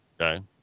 Okay